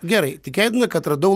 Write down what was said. gerai tikėtina kad radau